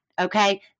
Okay